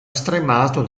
stremato